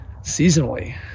seasonally